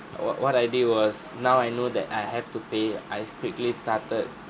what what I did was now I know that I have to pay I quickly started